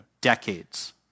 decades